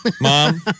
Mom